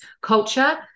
culture